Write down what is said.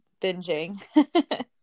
binging